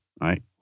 right